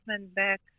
back